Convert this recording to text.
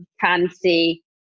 fancy